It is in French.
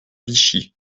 vichy